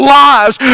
lives